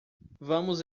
vamos